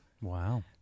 Wow